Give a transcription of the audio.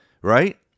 Right